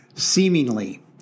Seemingly